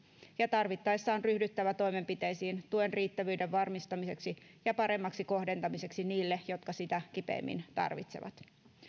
tarvittaessa on ryhdyttävä toimenpiteisiin tuen riittävyyden varmistamiseksi ja paremmaksi kohdentamiseksi niille jotka sitä kipeimmin tarvitsevat